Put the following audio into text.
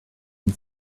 and